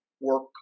work